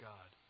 God